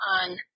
on